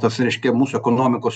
tas reiškia mūsų ekonomikos